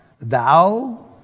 thou